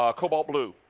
ah cobalt blue,